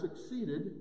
succeeded